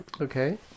Okay